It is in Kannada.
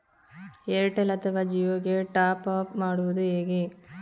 ಏರ್ಟೆಲ್ ಅಥವಾ ಜಿಯೊ ಗೆ ಟಾಪ್ಅಪ್ ಮಾಡುವುದು ಹೇಗೆ?